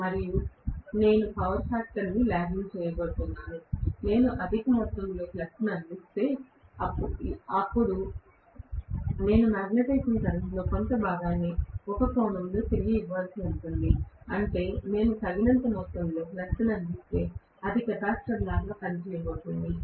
అందువల్ల నేను power factor lagging చేయబోతున్నాను నేను అధిక మొత్తంలో ఫ్లక్స్ను అందిస్తే అప్పుడు నేను మాగ్నెటైజింగ్ కరెంట్లో కొంత భాగాన్ని ఒక కోణంలో తిరిగి ఇవ్వవలసి ఉంటుంది అంటే నేను తగినంత మొత్తంలో ఫ్లక్స్ను అందిస్తే అది కెపాసిటర్ లాగా పని చేయబోతోంది